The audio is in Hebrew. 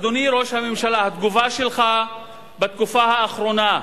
אדוני ראש הממשלה, התגובה שלך בתקופה האחרונה,